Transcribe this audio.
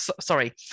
sorry